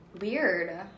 Weird